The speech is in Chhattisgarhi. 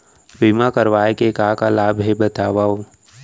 बीमा करवाय के का का लाभ हे बतावव?